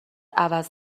عوض